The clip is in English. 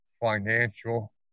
financial